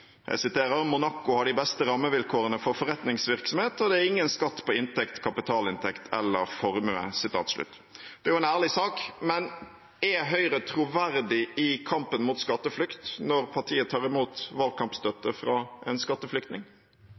beste rammevilkårene for forretningsvirksomhet, og det er ingen skatt på inntekt, kapitalinntekt eller formue.» Det er jo en ærlig sak, men er Høyre troverdig i kampen mot skatteflukt, når partiet tar imot valgkampstøtte fra en skatteflyktning?